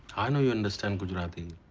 i know you understand gujarati.